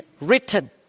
written